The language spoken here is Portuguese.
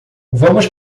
vamos